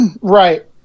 right